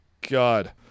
God